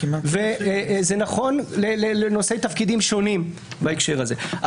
זה נכון לנושאי תפקידים שונים בהקשר הזה.